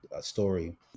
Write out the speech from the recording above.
story